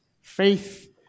Faith